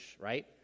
Right